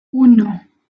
uno